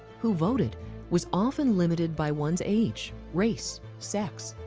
who voted was often limited by ones age, race, sex,